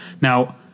Now